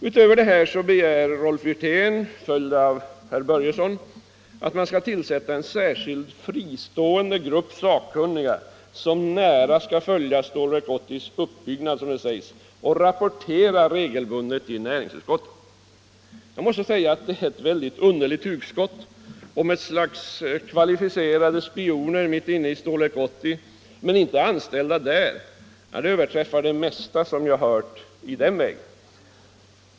Utöver detta begär herr Rolf Wirtén, följd av herr Börjesson i Glömminge, att en särskild, fristående grupp av sakkunniga skall tillsättas, som nära skall följa uppbyggnaden av Stålverk 80 och regelbundet rapportera till näringsutskottet. Jag måste säga att detta förslag — med ett slags kvalificerade spioner mitt inne i Stålverk 80, men inte anställda där — är ett underligt hugskott, som överträffar det mesta som jag har hört i den vägen.